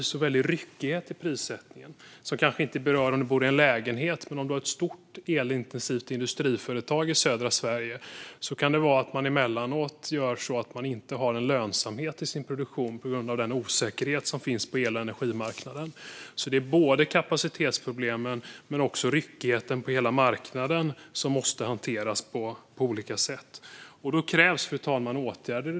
Det är en väldig ryckighet i prissättningen som kanske inte berör en om man bor i lägenhet, men om man har ett stort elintensivt industriföretag i södra Sverige kan det emellanåt vara så att man inte har en lönsamhet i sin produktion på grund av den osäkerhet som finns på el och energimarknaden. Det är alltså både kapacitetsproblemen och ryckigheten på hela marknaden som måste hanteras på olika sätt, och då krävs åtgärder.